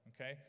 okay